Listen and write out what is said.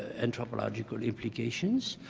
anthropological implications.